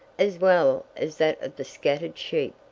as well as that of the scattered sheep.